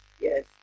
Yes